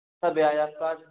sir ब्याज आपका